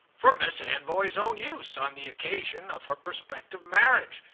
for miss anvoy's own use on the occasion of her prospective marriage.